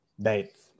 dates